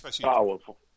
Powerful